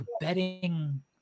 betting